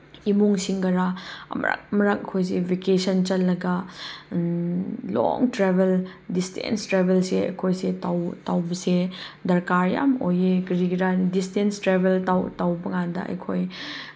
ꯏꯃꯨꯡꯁꯤꯡꯒꯔꯥ ꯑꯃꯔꯛ ꯑꯃꯔꯛ ꯑꯩꯈꯣꯏꯁꯦ ꯚꯦꯀꯦꯁꯟ ꯆꯠꯂꯒ ꯂꯣꯡ ꯇ꯭ꯔꯥꯕꯦꯜ ꯗꯤꯁꯇꯦꯟꯁ ꯇ꯭ꯔꯥꯕꯦꯜꯁꯦ ꯑꯩꯈꯣꯏꯁꯦ ꯇꯧꯕꯁꯦ ꯗꯔꯀꯥꯔ ꯌꯥꯝ ꯑꯣꯏꯌꯦ ꯀꯔꯤꯒꯤꯔꯥ ꯍꯥꯏꯔꯗꯤ ꯗꯤꯁꯇꯦꯟꯁ ꯇ꯭ꯔꯥꯕꯦꯜ ꯇꯧꯕꯀꯥꯟꯗ ꯑꯩꯈꯣꯏ